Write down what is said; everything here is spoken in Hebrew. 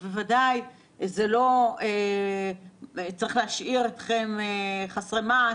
בוודאי זה לא צריך להשאיר אתכם חסרי מעש,